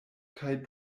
kaj